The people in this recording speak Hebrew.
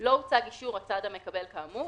לא הוצג אישור הצד המקבל כאמור,